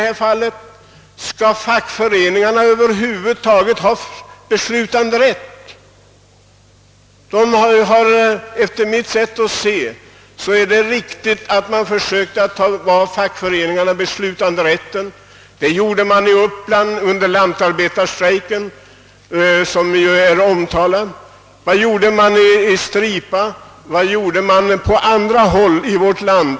Skall fackföreningarna över huvud taget ha beslutanderätt? Man har efter mitt sätt att se i olika sammanhang försökt att beröva fackföreningarna beslutanderätten. Det gjorde man i Uppland under den omtalade lantarbetarstrejken, och vad skedde i Stripa, Mackmyra och på andra håll i vårt land?